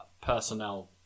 personnel